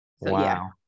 Wow